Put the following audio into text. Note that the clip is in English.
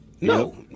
No